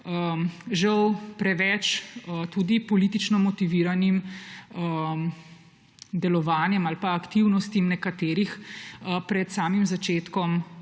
žal preveč tudi politično motiviranim delovanjem ali pa aktivnostmi nekaterih pred samim začetkom